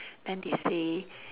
then they say